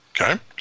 Okay